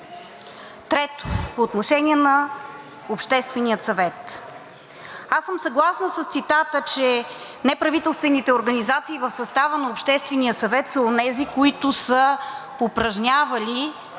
Трето, по отношение на Обществения съвет. Аз съм съгласна с цитата, че неправителствените организации в състава на Обществения съвет са онези, които са упражнявали